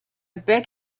beg